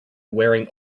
wearing